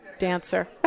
dancer